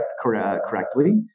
correctly